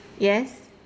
yes